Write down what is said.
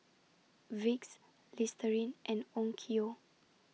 Vicks Listerine and Onkyo